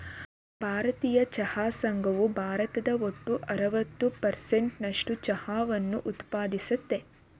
ಭಾರತೀಯ ಚಹಾ ಸಂಘವು ಭಾರತದ ಒಟ್ಟು ಅರವತ್ತು ಪರ್ಸೆಂಟ್ ನಸ್ಟು ಚಹಾವನ್ನ ಉತ್ಪಾದಿಸ್ತದೆ